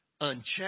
unchecked